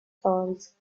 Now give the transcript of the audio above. serves